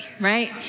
right